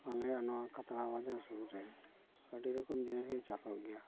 ᱟᱞᱮᱭᱟᱜ ᱱᱚᱣᱟ ᱠᱷᱟᱛᱲᱟ ᱵᱟᱡᱟᱨ ᱥᱩᱨ ᱨᱮ ᱟᱹᱰᱤ ᱨᱚᱠᱚᱢ ᱡᱤᱱᱤᱥ ᱜᱮ ᱪᱟᱥᱚᱜ ᱜᱮᱭᱟ